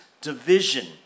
division